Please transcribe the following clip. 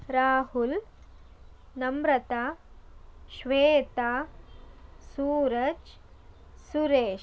Rahul Namrata Shweta Suraj Suresh